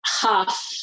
half